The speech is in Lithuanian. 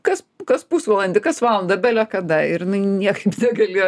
kas kas pusvalandį kas valandą belekada ir jinai niekaip negalėjo